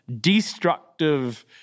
destructive